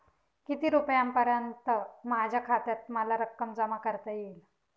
किती रुपयांपर्यंत माझ्या खात्यात मला रक्कम जमा करता येईल?